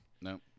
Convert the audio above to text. No